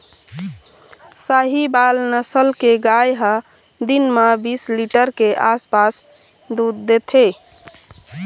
साहीवाल नसल के गाय ह दिन म बीस लीटर के आसपास दूद देथे